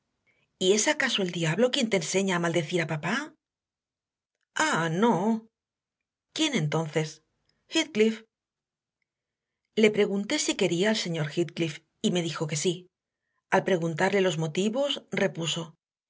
es acaso el diablo quien te enseña a maldecir a papá ah no quién entonces heathcliff le pregunté si quería al señor heathcliff y me dijo que sí al preguntarle los motivos repuso